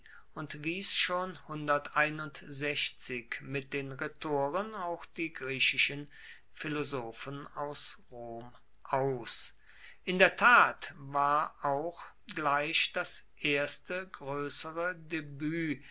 und wies schon mit den rhetoren auch die griechischen philosophen aus rom aus in der tat war auch gleich das erste größere debüt